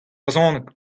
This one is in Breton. brezhoneg